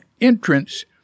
entrance